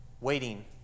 waiting